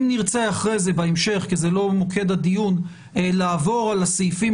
אם נרצה אחרי זה בהמשך כי זה לא מוקד הדיון לעבור על הסעיפים